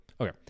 Okay